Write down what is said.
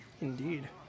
Indeed